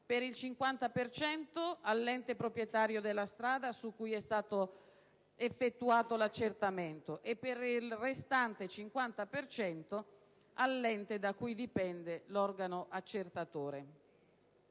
per cento all'ente proprietario della strada su cui è stato effettuato l'accertamento e per il restante 50 per cento all'ente da cui dipende l'organo accertatore.